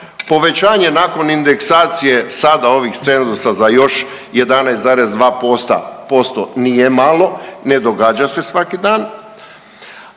povećanje nakon indeksacije sada ovih cenzusa za još 11,2% nije malo, ne događa se svaki dan.